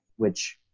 which,